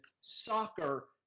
soccer